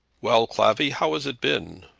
well, clavvy, how has it been?